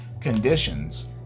conditions